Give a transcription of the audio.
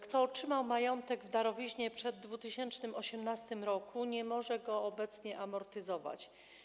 Kto otrzymał majątek w darowiźnie przed 2018 r., nie może go obecnie amortyzować.